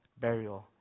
burial